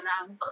rank